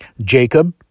Jacob